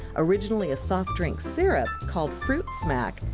originally a soft drink syrup called fruit smack,